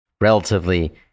relatively